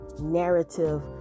narrative